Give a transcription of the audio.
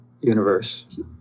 universe